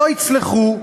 לא יצלחו.